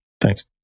Thanks